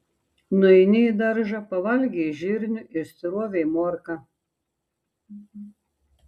nueini į daržą pavalgei žirnių išsirovei morką